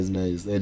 nice